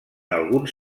alguns